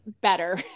better